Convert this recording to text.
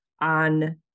on